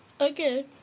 Okay